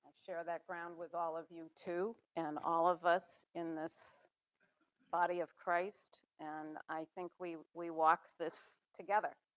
share background with all of you too and all of us in this body of christ. and i think we we walk this together.